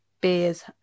beers